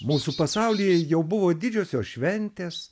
mūsų pasaulyje jau buvo didžiosios šventės